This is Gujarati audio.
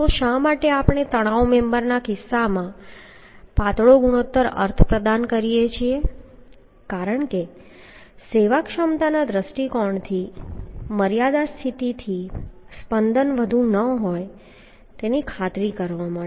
તો શા માટે આપણે તણાવ મેમ્બરના કિસ્સામાં પાતળો ગુણોત્તર અર્થ પ્રદાન કરીએ છીએ કારણ કે સેવાક્ષમતાના દૃષ્ટિકોણની મર્યાદા સ્થિતિથી સ્પંદન વધુ ન હોય તેની ખાતરી કરવા માટે